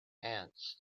ants